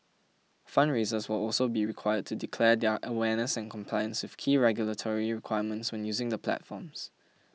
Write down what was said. fundraisers will also be required to declare their awareness and compliance with key regulatory requirements when using the platforms